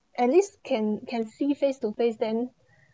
at least can can see face to face then